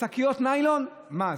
שקיות ניילון, מס,